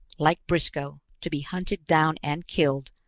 like briscoe, to be hunted down and killed,